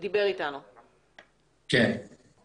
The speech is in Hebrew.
קידמנו את התוכנית.